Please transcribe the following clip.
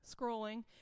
scrolling